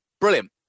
Brilliant